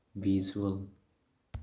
visual